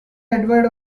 edward